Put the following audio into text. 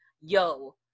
yo